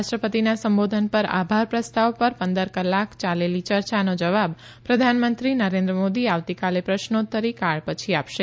રાષ્ટ્રપતિના સંબોધન પર આભાર પ્રસ્તાવ પર પંદર કલાક ચાલેલી ચર્ચાનો જવાબ પ્રધાનમંત્રી નરેન્દ્ર મોદી આવતીકાલે પ્રશ્નોત્તરી કાળ પછી આપશે